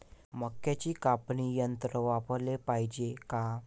मक्क्याचं कापनी यंत्र वापराले पायजे का?